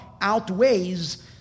outweighs